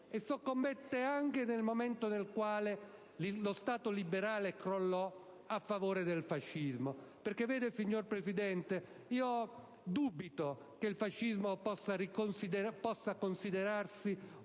E soccombette anche nel momento in cui lo Stato liberale crollò a favore del fascismo. Perché, vede signor Presidente, dubito che il fascismo possa considerarsi